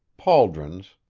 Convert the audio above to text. pauldrons,